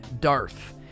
Darth